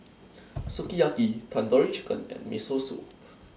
Sukiyaki Tandoori Chicken and Miso Soup